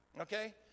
Okay